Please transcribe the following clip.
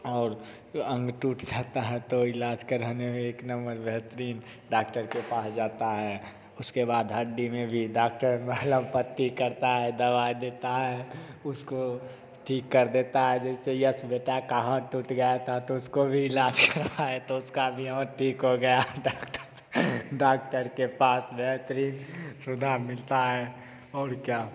और अंग टूट जाता है तो इलाज कराने में एक नंबर बेहतरीन डाक्टर के पास जाता है उसके बाद हड्डी में भी डॉक्टर मलहम पट्टी करता है दवाई देता है उसको ठीक कर देता है जैसे यस बेटा कहाँ टूट गया था तो उसको भी इलाज कराएँ तो उसका भी हाथ ठीक हो गया डॉक्टर के पास बेहतरीन सुविधा मिलता है और क्या